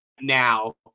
now